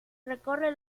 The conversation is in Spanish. recorre